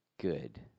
good